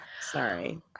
sorry